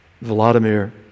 Vladimir